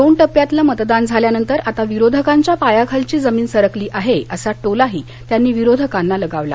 दोन टप्प्यांतलं मतदान झाल्यानंतर आता विरोधकांच्या पायाखालची जमीन सरकली आहे असा टोलाही त्यांनी विरोधकांना लगावला